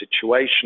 situation